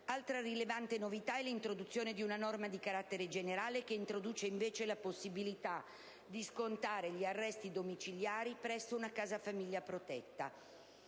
Altra rilevante novità è l'introduzione di una norma di carattere generale che introduce invece la possibilità di scontare gli arresti domiciliari presso una casa famiglia protetta.